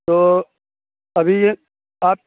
تو ابھی آپ